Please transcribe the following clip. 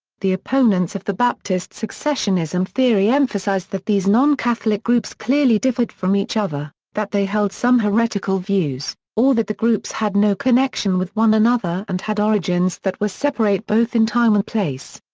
the opponents of the baptist successionism theory emphasize that these non-catholic groups clearly differed from each other, that they held some heretical views, or that the groups had no connection with one another and had origins that were separate both in time and place.